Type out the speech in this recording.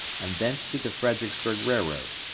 and thence to the fredericksburg railroad.